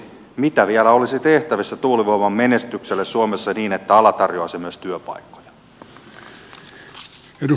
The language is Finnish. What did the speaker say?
mitä vielä olisi tehtävissä tuulivoiman menestykselle suomessa niin että ala tarjoaisi myös työpaikkoja